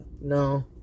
No